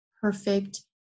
perfect